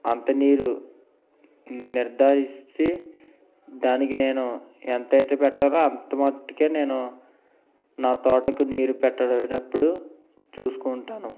అంత నీరు నిర్ధారించి దానికి నేను ఎంతైతే పెట్టాలో అంత మటుకే నేను నా తోటకు నీరు పెట్టేటప్పుడు చూసుకుంటాను